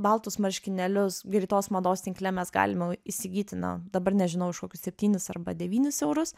baltus marškinėlius greitos mados tinkle mes galime įsigyti na dabar nežinau už kokius septynis arba devynis eurus